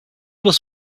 was